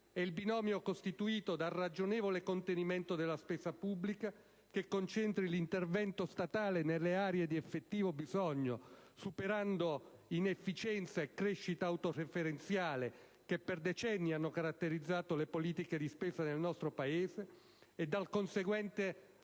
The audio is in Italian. è il binomio costituito dal ragionevole contenimento della spesa pubblica - che concentri l'intervento statale nelle aree di effettivo bisogno, superando l'inefficienza e la crescita autoreferenziale che per decenni hanno caratterizzato le politiche di spesa nel nostro Paese - e dal conseguente